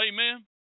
Amen